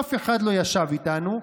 אף אחד לא ישב איתנו,